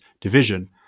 division